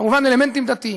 כמובן אלמנטים דתיים.